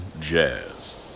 jazz